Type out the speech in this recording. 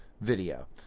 video